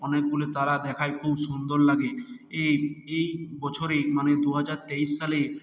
অনেকগুলি তারা দেখায় খুব সুন্দর লাগে এই এই বছরেই মানে দু হাজার তেইশ সালেই